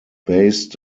based